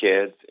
kids